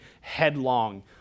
headlong